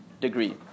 degree